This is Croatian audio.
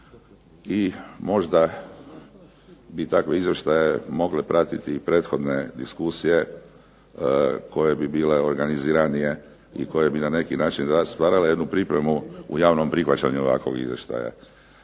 I možda bi takve izvještaje mogle pratiti i prethodne diskusije koje bi bile organiziranije i koje bi na neki način stvarale jednu pripremu u javnom prihvaćanju ovakvog izvještaja.